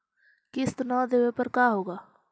किस्त न देबे पर का होगा?